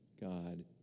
God